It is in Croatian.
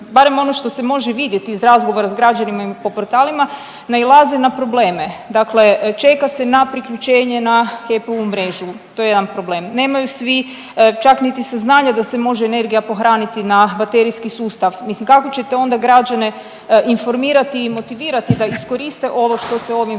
barem ono što se može vidjeti iz razgovora s građanima i po portalima nailazi na probleme. Dakle čeka se na priključenje na HEP-ovu mrežu to je jedan problem, nemaju svi čak niti saznanja da se može energija pohraniti na baterijski sustav, mislim kako ćete onda građane informirati i motivirati da iskoriste ovo što se ovim zakonom